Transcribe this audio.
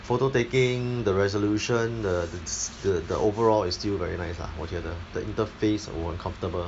photo taking the resolution the the s~ the the overall is still very nice lah 我觉得 the interface 我很 comfortable